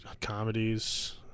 comedies